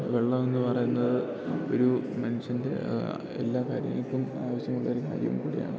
വെള്ളം എന്ന് പറയുന്നത് ഒരു മനുഷ്യൻ്റെ എല്ലാ കാര്യങ്ങക്കും ആവശ്യമുള്ളൊരു കാര്യം കൂടിയാണ്